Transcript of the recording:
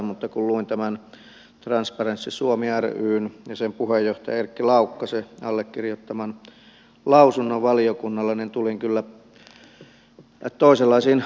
mutta kun luin tämän transparency suomi ryn ja sen puheenjohtajan erkki laukkasen allekirjoittaman lausunnon valiokunnalle niin tulin kyllä toisenlaisiin ajatuksiin